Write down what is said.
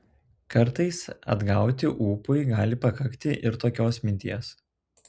kartais atgauti ūpui gali pakakti ir tokios minties